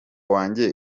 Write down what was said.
wanjye